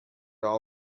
all